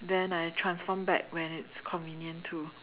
then I transform back when it's convenient to